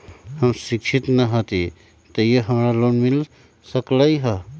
हम शिक्षित न हाति तयो हमरा लोन मिल सकलई ह?